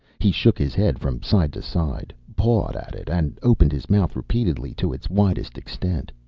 he shook his head from side to side, pawed at it, and opened his mouth repeatedly to its widest extent.